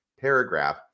paragraph